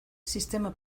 sistema